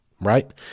right